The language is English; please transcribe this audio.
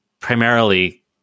primarily